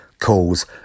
calls